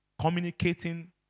communicating